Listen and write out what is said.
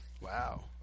wow